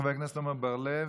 חבר הכנסת עמר בר-לב,